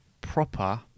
proper